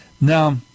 Now